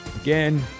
Again